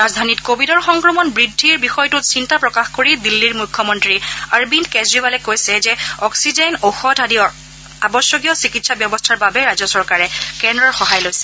ৰাজধানীত কোৱিডৰ সংক্ৰমণ বৃদ্ধিৰ বিষয়টোত চিন্তা প্ৰকাশ কৰি দিল্লীৰ মুখ্যমন্ত্ৰী অৰবিন্দ কেজৰিৱালে কৈছে যে অক্সিজেন ঔষধ আদি আৱশ্যকীয় চিকিৎসা ব্যৱস্থাৰ বাবে ৰাজ্য চৰকাৰে কেন্দ্ৰৰ সহায় লৈছে